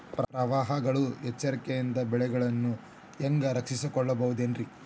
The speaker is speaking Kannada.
ಪ್ರವಾಹಗಳ ಎಚ್ಚರಿಕೆಯಿಂದ ಬೆಳೆಗಳನ್ನ ಹ್ಯಾಂಗ ರಕ್ಷಿಸಿಕೊಳ್ಳಬಹುದುರೇ?